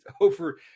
over